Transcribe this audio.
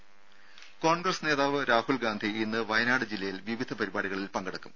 ദേദ കോൺഗ്രസ് നേതാവ് രാഹുൽ ഗാന്ധി ഇന്ന് വയനാട് ജില്ലയിൽ വിവിധ പരിപാടികളിൽ പങ്കെടുക്കും